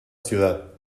ciudad